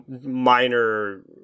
minor